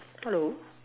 hello